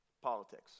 Politics